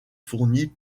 fournies